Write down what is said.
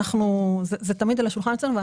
זה תמיד על השולחן אצלנו.